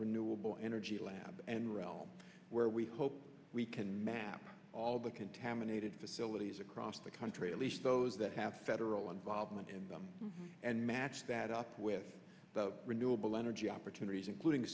renewable energy lab and realm where we hope we can map all the contaminated facilities across the country at least those that have federal involvement in them and match that up with the renewable energy opportunities including